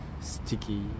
sticky